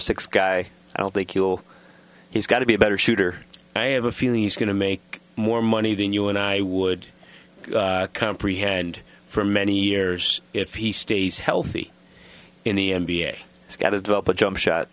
six guy i don't think you'll he's got to be a better shooter i have a feeling he's going to make more money than you and i would comprehend for many years if he stays healthy in the n b a he's got to develop a jump